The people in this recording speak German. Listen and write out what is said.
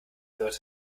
wird